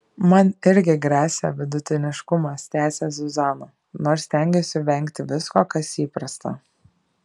man irgi gresia vidutiniškumas tęsia zuzana nors stengiuosi vengti visko kas įprasta